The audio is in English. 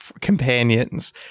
companions